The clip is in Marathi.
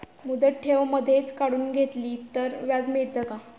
मुदत ठेव मधेच काढून घेतली तर व्याज मिळते का?